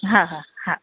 હા હા હા